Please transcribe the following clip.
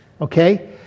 Okay